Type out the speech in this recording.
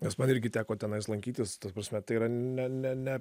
nes man irgi teko tenais lankytis ta prasme tai yra ne ne ne